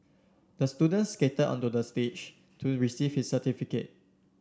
the student skated onto the stage to receive his certificate